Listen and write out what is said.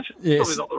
Yes